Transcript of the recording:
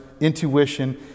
intuition